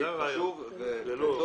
זה סעיף חשוב וטוב,